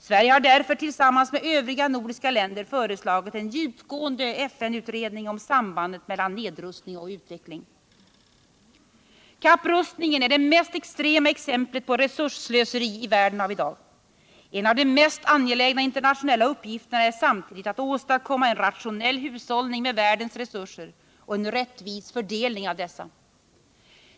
Sverige har därför tillsammans med övriga nordiska länder föreslagit en djupgående FN utredning om sambandet mellan nedrustning och utveckling. Kapprustningen är det mest extrema exemplet på resursslöseri i världen av i dag. En av de mest angelägna internationella uppgifterna är samtidigt att åstadkomma en rationell hushållning med världens resurser och en viss fördelning av dessa.